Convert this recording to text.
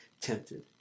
tempted